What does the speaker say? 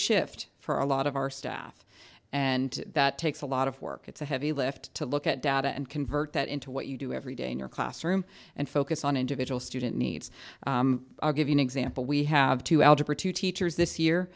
shift for a lot of our staff and that takes a lot of work it's a heavy lift to look at data and convert that into what you do every day in your classroom and focus on individual student needs i'll give you an example we have two algebra two teachers this year